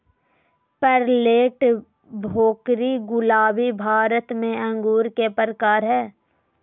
Perlette, Bhokri, गुलाबी भारत में अंगूर के प्रकार हय